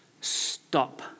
stop